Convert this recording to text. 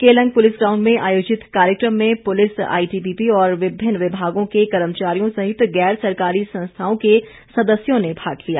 Keylong police ground में आयोजित कार्यक्रम में पुलिस आईटीबीपी और विभिन्न विभागों के कर्मचारियों सहित गैर सरकारी संस्थाओं के सदस्यों ने भाग लिया